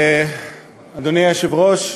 אדוני היושב-ראש,